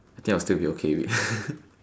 I think I'll still be okay with it